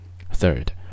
Third